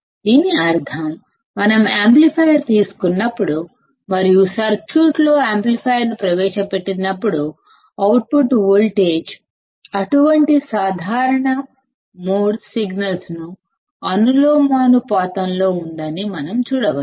దీని అర్థం మనం యాంప్లిఫైయర్ తీసుకున్నప్పుడు మరియు సర్క్యూట్లో యాంప్లిఫైయర్ ను ప్రవేశ పెట్టినప్పుడు అవుట్పుట్ వోల్టేజ్ అటువంటి కామన్ మోడ్ సిగ్నల్ కు ప్రపోర్షనల్ గా ఉందని మనం చూడచ్చు